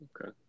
okay